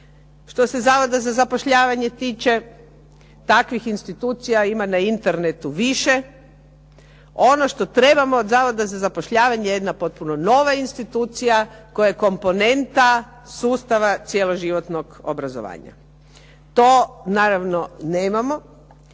Što se Zavoda za zapošljavanje tiče takvih institucija ima na Internetu više. Ono što trebamo od Zavoda za zapošljavanje je jedna potpuno nova institucija koja je komponenta sustava cjeloživotnog obrazovanja. To naravno nemamo.